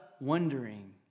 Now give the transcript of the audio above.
wondering